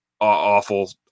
awful